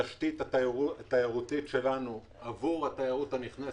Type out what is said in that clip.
התשתית התיירותית שלנו עבור התיירות הנכנסת,